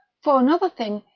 for another thing,